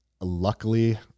luckily